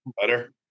Better